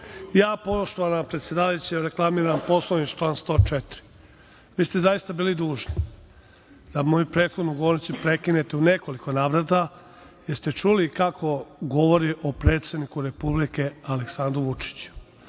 ja poštovana predsedavajuća reklamiram Poslovnik član 104.Vi ste zaista bili dužni da moju prethodnu govornicu prekinete u nekoliko navrata, jer ste čuli kako govori o predsedniku republike Aleksandru Vučić,